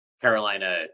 Carolina